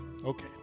Okay